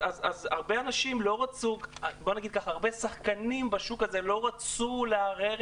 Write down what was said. אז הרבה שחקנים בשוק הזה לא רצו לערער